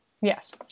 Yes